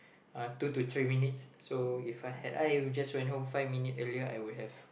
uh two to three minutes so If I had I just went home five minutes earlier I would have